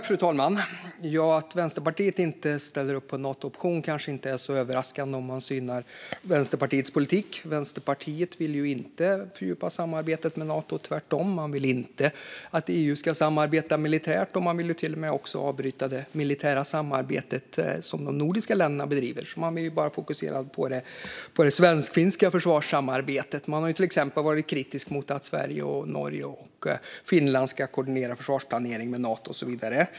Fru talman! Att Vänsterpartiet inte ställer sig bakom en Nato-option är kanske inte så överraskande om man synar Vänsterpartiets politik. Vänsterpartiet vill inte fördjupa samarbetet med Nato, tvärtom. Man vill inte att EU ska samarbeta militärt, och man vill till och med avbryta det militära samarbete som de nordiska länderna bedriver. Man vill bara fokusera på det svensk-finländska försvarssamarbetet. Man har till exempel varit kritisk mot att Sverige, Norge och Finland ska koordinera försvarsplanering med Nato och så vidare.